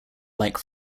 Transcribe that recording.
like